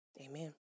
Amen